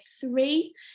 three